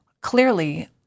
Clearly